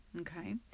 okay